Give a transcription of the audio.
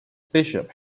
bishop